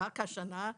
רק השנה,